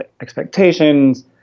expectations